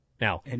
Now